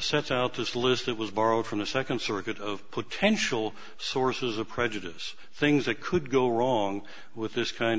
sets out this list that was borrowed from the second circuit of potential sources of prejudice things that could go wrong with this kind